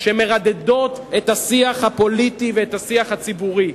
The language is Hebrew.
שמרדדות את השיח הפוליטי ואת השיח הציבורי,